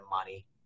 money